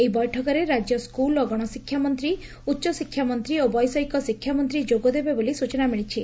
ଏହି ବୈଠକରେ ରାଜ୍ୟ ସ୍କୁଲ ଓ ଗଶଶିକ୍ଷାମନ୍ତୀ ଉଚ୍ଚଶିକ୍ଷାମନ୍ତୀ ଓ ବୈଷୟିକ ଶିକ୍ଷାମନ୍ତୀ ଯୋଗଦେବେ ବୋଲି ସୂଚନା ମିଳିଛି